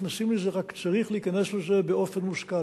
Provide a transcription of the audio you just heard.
נכנסים לזה, רק צריך להיכנס לזה באופן מושכל.